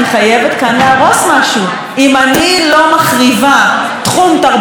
אם אני לא מחריבה תחום תרבות אחד כל כמה חודשים,